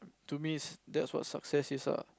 to me that's what's success is ah